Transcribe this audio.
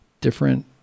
different